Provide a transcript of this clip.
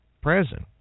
present